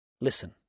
Listen